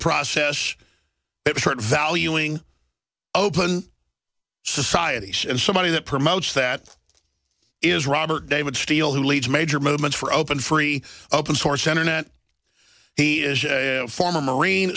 process valuing open society and somebody that promotes that is robert david steele who leads major movements for open free open source internet he is a former marine